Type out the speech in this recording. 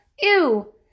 ew